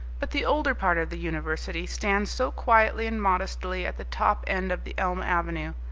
but the older part of the university stands so quietly and modestly at the top end of the elm avenue,